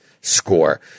score